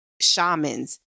shamans